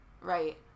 right